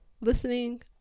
listening